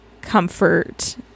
comfort